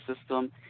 system